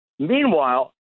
Meanwhile